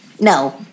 No